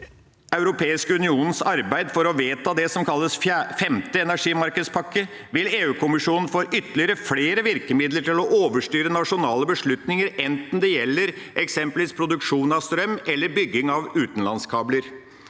europeiske unions arbeid for å vedta det som kalles femte energimarkedspakke, vil EU-kommisjonen få ytterligere virkemidler til å overstyre nasjonale beslutninger, enten det gjelder eksempelvis produksjon av strøm eller bygging av utenlandskabler.